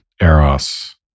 eros